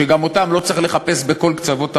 שגם אותם לא צריך לחפש בכל קצוות העולם,